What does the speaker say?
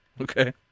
Okay